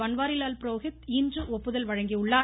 பன்வாரிலால் புரோஹித் இன்று ஒப்புதல் வழங்கியுள்ளார்